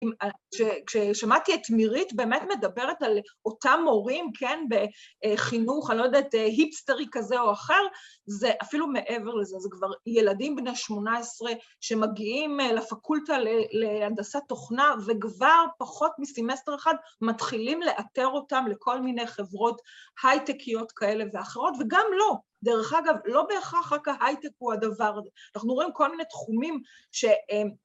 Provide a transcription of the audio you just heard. ‫כששמעתי את מירית, ‫באמת מדברת על אותם מורים, כן, ‫בחינוך, אני לא יודעת, היפסטרי כזה או אחר, ‫זה אפילו מעבר לזה, ‫זה כבר ילדים בני 18 ‫שמגיעים לפקולטה להנדסת תוכנה ‫וכבר פחות מסמסטר אחד ‫מתחילים לאתר אותם ‫לכל מיני חברות הייטקיות כאלה ואחרות, ‫וגם לא, דרך אגב, ‫לא בהכרח רק ההייטק הוא הדבר הזה. ‫אנחנו רואים כל מיני תחומים ‫ש...